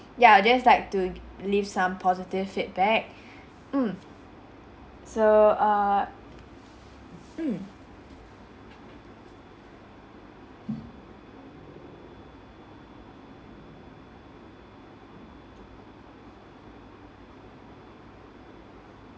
ya I'd just like to leave some positive feedback mm so err mm